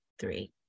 three